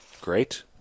Great